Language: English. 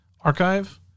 archive